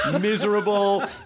Miserable